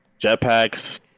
Jetpacks